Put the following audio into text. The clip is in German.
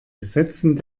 gesetzen